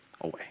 away